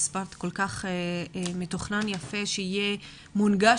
את הסברת שכל כך מתוכנן יפה שיהיה מונגש